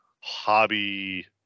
hobby